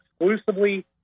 exclusively